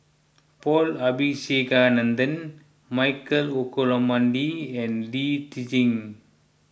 Paul Abisheganaden Michael Olcomendy and Lee Tjin